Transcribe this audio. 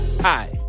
Hi